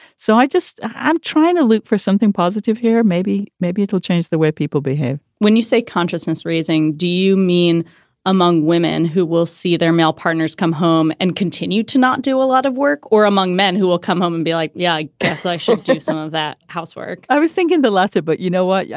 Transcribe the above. so i just i'm trying to look for something positive here. maybe. maybe it'll change the way people behave when you say consciousness raising, do you mean among women who will see their male partners come home and continue to not do a lot of work or among men who will come home and be like, yeah, i guess i should do some of that housework? i was thinking the latter. but you know what? yeah